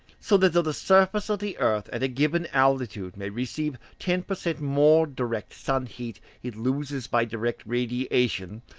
so that though the surface of the earth at a given altitude may receive ten per cent. more direct sun-heat it loses by direct radiation,